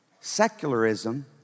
Secularism